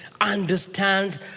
understand